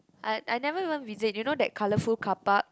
I I never even visit you know that colourful carpark